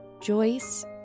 Joyce